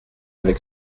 avec